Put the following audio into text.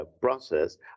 process